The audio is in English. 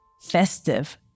festive